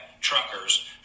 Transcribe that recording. truckers